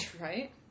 Right